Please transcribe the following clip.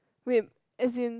wait as in